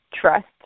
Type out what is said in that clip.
trust